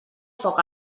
foc